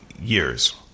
years